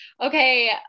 okay